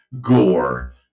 gore